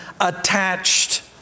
attached